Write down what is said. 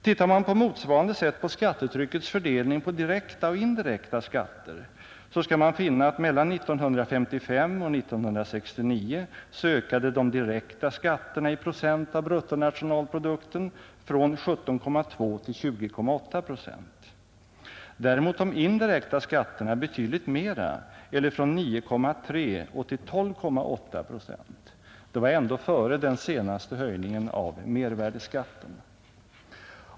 Ser man på motsvarande sätt på skattetryckets fördelning på direkta och indirekta skatter, skall man finna att mellan 1955 och 1969 ökade de direkta skatterna i procent av bruttonationalprodukten från 17,2 till 20,8 procent, däremot de indirekta skatterna betydligt mera eller från 9,3 till 12,8 procent. Det var ändå före den senaste höjningen av mervärdeskatten.